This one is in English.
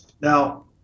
Now